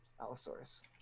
Allosaurus